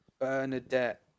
bernadette